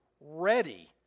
ready